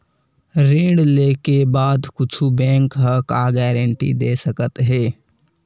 ऋण लेके बाद कुछु बैंक ह का गारेंटी दे सकत हे?